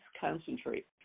concentrate